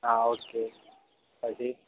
હા ઓકે